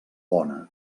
bona